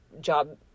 job